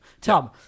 Tom